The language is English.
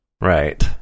Right